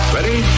Ready